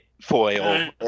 foil